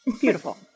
beautiful